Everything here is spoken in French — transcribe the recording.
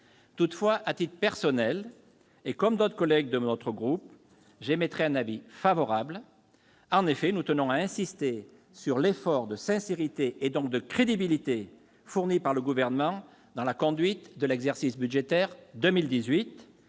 Toutefois, à titre personnel, comme d'autres collègues de mon groupe, je voterai ce texte. En effet, nous tenons à insister sur l'effort de sincérité, donc de crédibilité, accompli par le Gouvernement dans la conduite de l'exercice budgétaire 2018.